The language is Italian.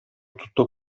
tutto